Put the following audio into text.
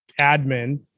admin